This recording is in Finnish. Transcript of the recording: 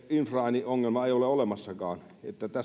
infraääniongelmaa ei ole olemassakaan